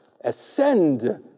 ascend